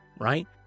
right